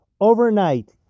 overnight